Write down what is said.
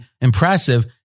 impressive